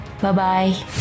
Bye-bye